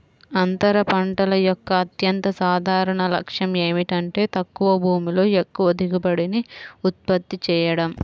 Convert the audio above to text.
అంతర పంటల యొక్క అత్యంత సాధారణ లక్ష్యం ఏమిటంటే తక్కువ భూమిలో ఎక్కువ దిగుబడిని ఉత్పత్తి చేయడం